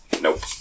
Nope